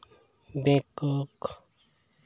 Bangkok